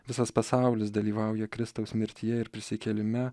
visas pasaulis dalyvauja kristaus mirtyje ir prisikėlime